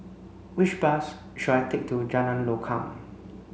which bus should I take to Jalan Lokam